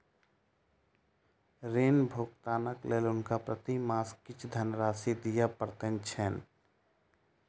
ऋण भुगतानक लेल हुनका प्रति मास किछ धनराशि दिअ पड़ैत छैन